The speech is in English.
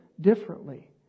differently